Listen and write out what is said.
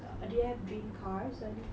oh that's cool